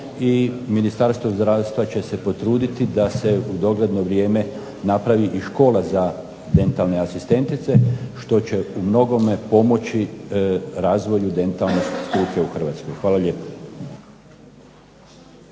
I Ministarstvo zdravstva će se potruditi da se u dogledno vrijeme napravi i škola za dentalne asistentice što će umnogome pomoći razvoju dentalne struke u Hrvatskoj. Hvala lijepo.